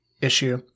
issue